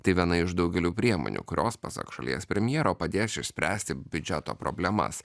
tai viena iš daugelio priemonių kurios pasak šalies premjero padės išspręsti biudžeto problemas